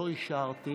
לא אישרתי